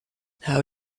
how